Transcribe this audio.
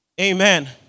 Amen